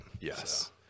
yes